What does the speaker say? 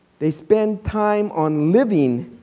they spend time on living